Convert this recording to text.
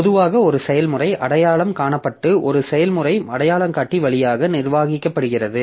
பொதுவாக ஒரு செயல்முறை அடையாளம் காணப்பட்டு ஒரு செயல்முறை அடையாளங்காட்டி வழியாக நிர்வகிக்கப்படுகிறது